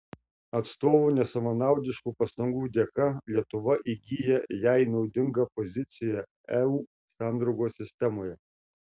atstovų nesavanaudiškų pastangų dėka lietuva įgyja jai naudingą poziciją eu sandraugos sistemoje